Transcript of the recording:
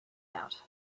out